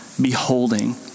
beholding